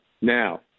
Now